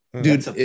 dude